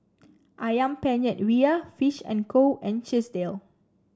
ayam Penyet Ria Fish and Co and Chesdale